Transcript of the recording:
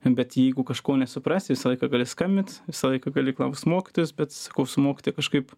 bet jeigu kažko nesuprasi visą laiką gali skambint visą laiką gali klaust mokytojos bet sakau su mokytoja kažkaip